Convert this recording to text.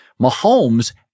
Mahomes